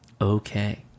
Okay